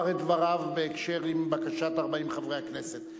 את דבריו בקשר לבקשת 40 חברי הכנסת.